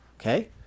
okay